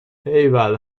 ایول